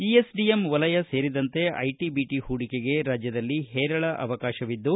ESDM ವಲಯ ಸೇರಿದಂತೆ IT BT ಹೂಡಿಕೆಗೆ ರಾಜ್ಯದಲ್ಲಿ ಹೇರಳ ಅವಕಾಶವಿದ್ದು